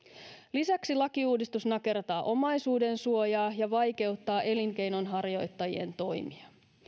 lisäksi lakiuudistus nakertaa omaisuudensuojaa ja vaikeuttaa elinkeinonharjoittajien toimia